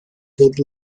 good